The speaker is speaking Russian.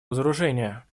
разоружения